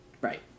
Right